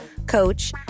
coach